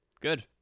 Good